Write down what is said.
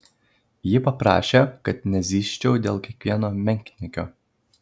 ji paprašė kad nezyzčiau dėl kiekvieno menkniekio